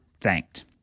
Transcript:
thanked